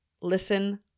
listen